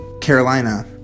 Carolina